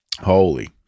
holy